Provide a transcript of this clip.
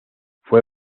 fue